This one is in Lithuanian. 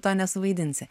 to nesuvaidinsi